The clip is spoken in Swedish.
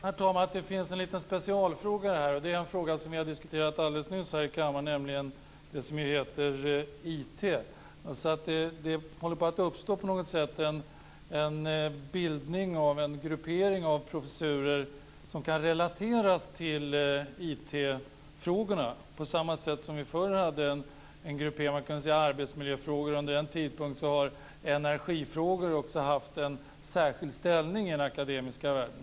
Herr talman! Det finns en liten specialfråga här, och det är en fråga som vi har diskuterat alldeles nyligen här i kammaren, nämligen det som heter IT. Det håller på att uppstå en bildning av en gruppering av professurer som kan relateras till IT-frågorna på samma sätt som vi under en tid hade en gruppering för arbetsmiljöfrågor, och under en annan tid har energifrågorna också haft en särskild ställning i den akademiska världen.